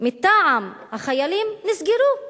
מטעם החיילים נסגרו?